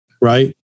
right